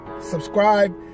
subscribe